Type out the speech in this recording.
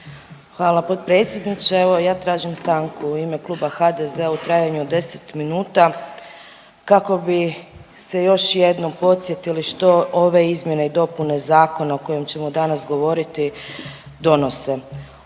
Hvala potpredsjedniče. Evo i ja tražim stranku u ime Kluba HDZ-a u trajanju od 10 minuta kako bi se još jednom podsjetili što ove izmjene i dopune zakona o kojem ćemo danas govoriti donose.